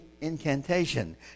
incantation